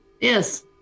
Yes